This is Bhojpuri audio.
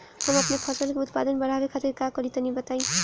हम अपने फसल के उत्पादन बड़ावे खातिर का करी टनी बताई?